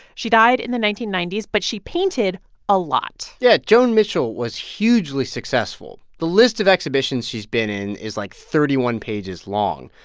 she died in the nineteen ninety s, but she painted a lot yeah. joan mitchell was hugely successful. the list of exhibitions she's been in is, like, thirty one pages long.